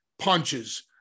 punches